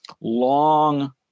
long